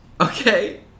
Okay